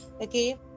Okay